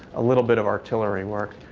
a little bit of artillery work.